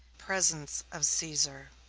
presence of caesar